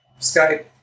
Skype